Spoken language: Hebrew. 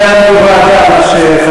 דיון במליאה, שיהיה על סדר-היום.